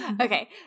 Okay